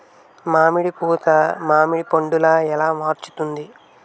మామిడి పూత మామిడి పందుల ఎలా మారుతుంది?